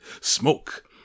smoke